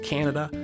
Canada